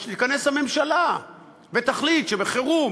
אז שתיכנס הממשלה ותחליט שבחירום,